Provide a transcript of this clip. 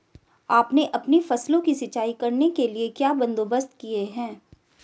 आपने अपनी फसलों की सिंचाई करने के लिए क्या बंदोबस्त किए है